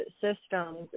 systems